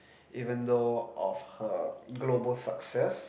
even though of her global success